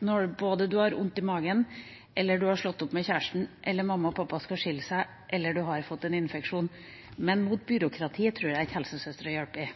både når man har vondt i magen, når man har slått opp med kjæresten, når mamma og pappa skal skille seg, eller når man har fått en infeksjon, men mot byråkratiet tror jeg ikke helsesøstre hjelper.